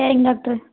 சரிங்க டாக்ட்ரு